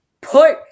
Put